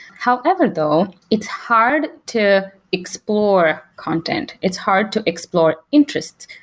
however though, it's hard to explore content. it's hard to explore interest.